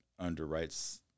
underwrites